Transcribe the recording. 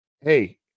Hey